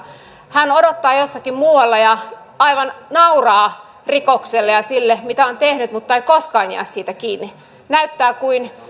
hän odottaa jossakin muualla ja aivan nauraa rikokselle ja sille mitä on tehnyt mutta ei koskaan jää siitä kiinni näyttää kuin